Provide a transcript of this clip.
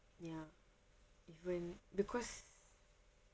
ya even because